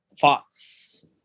thoughts